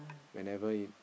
whenever you